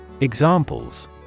Examples